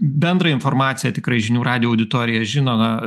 bendrą informaciją tikrai žinių radijo auditorija žino na